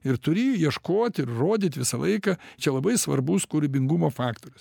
ir turėjo ieškoti ir rodyti visą laiką čia labai svarbus kūrybingumo faktorius